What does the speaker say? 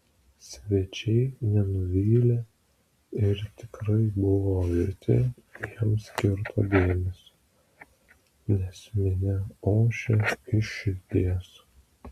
svečiai nenuvylė ir tikrai buvo verti jiems skirto dėmesio nes minia ošė iš širdies